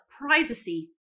privacy